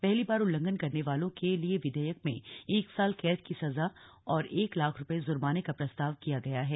पहली बार उल्लंघन करने वालों के लिए विधेयक में एक साल कैद की सजा और एक लाख रूपये जुर्माने का प्रस्ताव किया गया है